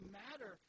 matter